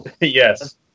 Yes